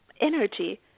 Energy